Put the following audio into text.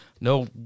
No